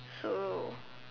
so